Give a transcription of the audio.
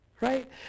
Right